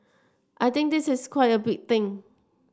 I think this is quite a big thing